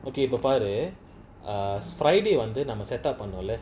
okay for friday leh err friday wanted must set up on all that